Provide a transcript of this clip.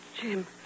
Jim